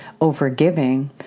overgiving